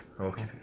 okay